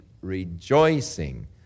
rejoicing